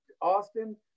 Austin